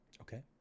Okay